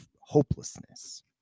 hopelessness